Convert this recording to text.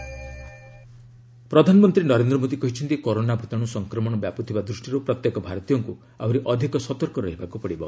PM nine calls ପ୍ରଧାନମନ୍ତ୍ରୀ ନରେନ୍ଦ୍ର ମୋଦୀ କହିଛନ୍ତି corona ଭୂତାଣୁ ସଂକ୍ରମଣ ବ୍ୟାପୁଥିବା ଦୃଷ୍ଟିରୁ ପ୍ରତ୍ୟେକ ଭାରତୀୟଙ୍କୁ ଆହୁରି ଅଧିକ ସତର୍କ ରହିବାକୁ ପଡ଼ିବ